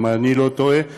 אם אני לא טועה,